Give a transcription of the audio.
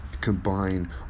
combine